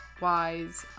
wise